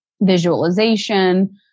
visualization